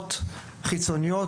בחינות חיצוניות,